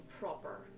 proper